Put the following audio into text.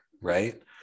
right